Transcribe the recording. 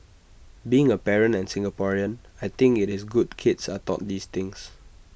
being A parent and Singaporean I think IT is good kids are taught these things